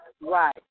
Right